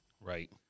right